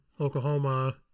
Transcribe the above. oklahoma